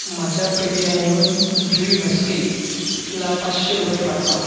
माझ्या पे टी एमवरून जुई म्हस्केला पाचशे रुपये पाठवा